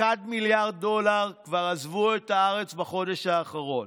1 מיליארד דולר כבר עזבו את הארץ בחודש האחרון.